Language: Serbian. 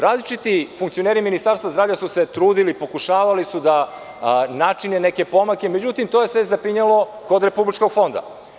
Različiti funkcioneri Ministarstva zdravlja su se trudili i pokušavali da načine neke pomake, međutim to je sve zapinjalo kod Republičkog fonda.